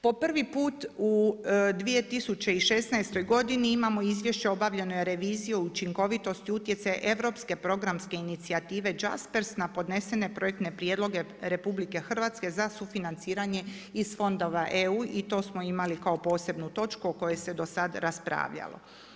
Po prvi put u 2016. imamo izvješće o obavljenoj reviziji o učinkovitosti utjecaj europske programske inicijative JASPERS na podnesene projektne prijedloge RH za sufinanciranje iz fondova EU i to smo imali kao posebnu točku o kojoj se do sad raspravljalo.